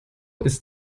ist